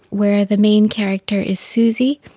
where the main character is susie,